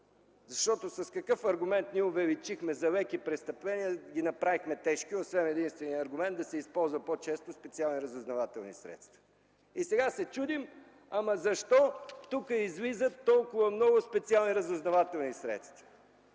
С какъв аргумент увеличихме за леки престъпления и ги направихме тежки, освен единствения аргумент: по-често да се използват специални разузнавателни средства. Сега се чудим защо излизат толкова много специални разузнавателни средства.